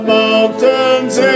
mountains